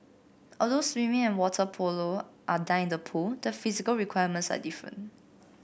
although swimming and water polo are done in the pool the physical requirements are different